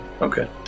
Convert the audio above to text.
Okay